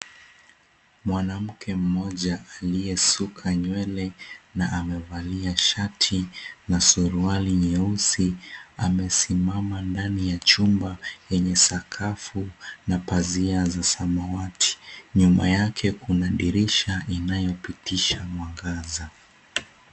Mwanamke mmoja aliyesuka nywele na amevalia shati na suruwali nyeusi amesimama ndani ya chumba yenye sakafu na pazia za samawati, nyuma yake kuna dirisha inayopitisha mwangaza.